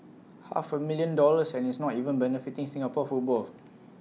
half A million dollars and it's not even benefiting Singapore football